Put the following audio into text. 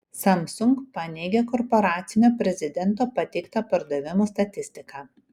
samsung paneigė korporacinio prezidento pateiktą pardavimų statistiką